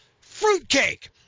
Fruitcake